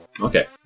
Okay